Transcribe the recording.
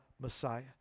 Messiah